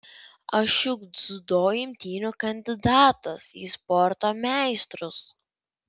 aš juk dziudo imtynių kandidatas į sporto meistrus